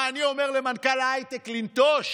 מה, אני אומר למנכ"ל הייטק לנטוש?